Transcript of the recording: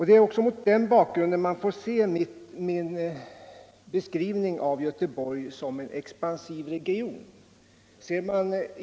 Det är också mot den bakgrunden man får se min beskrivning av Göteborg som en expansiv region.